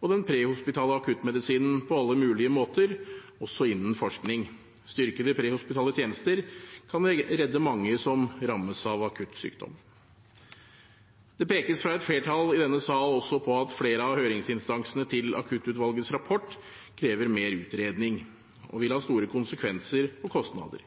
og den prehospitale akuttmedisinen på alle mulige måter, også innen forskning. Styrkede prehospitale tjenester kan redde mange som rammes av akutt sykdom. Det pekes fra et flertall i denne sal på at flere av høringsinstansene til Akuttutvalgets rapport krever mer utredning og vil ha store konsekvenser og kostnader.